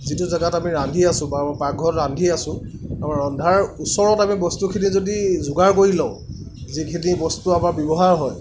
যিটো জেগাত আমি ৰান্ধি আছোঁ বাৰু পাকঘৰত ৰান্ধি আছোঁ আমাৰ ৰন্ধাৰ ওচৰত আমি বস্তুখিনি যদি যোগাৰ কৰি লওঁ যিখিনি বস্তু আমাৰ ব্যৱহাৰ হয়